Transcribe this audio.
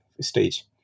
stage